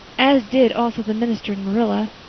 as did also the minister and marilla.